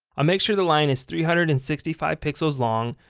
i'll make sure the line is three hundred and sixty five pixels long,